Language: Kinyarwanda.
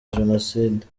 jenoside